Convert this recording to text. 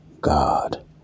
God